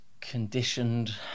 conditioned